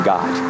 God